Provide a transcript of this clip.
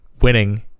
winning